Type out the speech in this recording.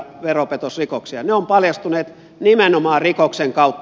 ne ovat paljastuneet nimenomaan rikoksen kautta